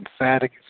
emphatic